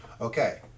Okay